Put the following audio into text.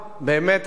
באמת,